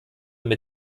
mit